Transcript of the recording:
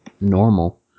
normal